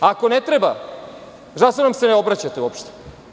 Ako ne treba, zašto nam se ne obraćate uopšte?